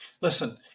Listen